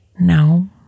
no